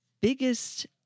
biggest